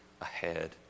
ahead